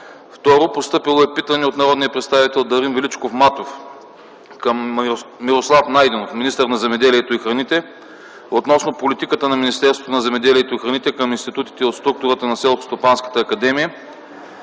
26 юли 2010 г.; - питане от народния представител Дарин Величков Матов към Мирослав Найденов – министър на земеделието и храните, относно политиката на Министерството на земеделието и храните към институтите от структурата на Селскостопанската академия.